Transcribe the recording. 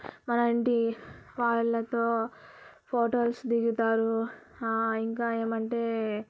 మన ఇంటి వాళ్ళతో ఫొటోస్ దిగుతారు ఇంకా ఏమంటే